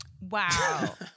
Wow